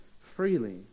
freely